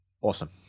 Awesome